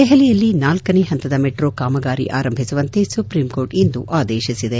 ದೆಹಲಿಯಲ್ಲಿ ನಾಲ್ಲನೇ ಹಂತದ ಮೆಟ್ರೋ ಕಾಮಗಾರಿ ಆರಂಭಿಸುವಂತೆ ಸುಪ್ರೀಂಕೋರ್ಟ್ ಇಂದು ಆದೇಶಿಸಿದೆ